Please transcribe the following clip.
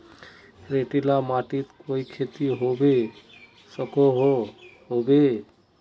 रेतीला माटित कोई खेती होबे सकोहो होबे?